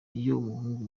umuhungu